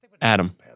Adam